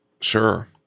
Sure